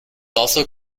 also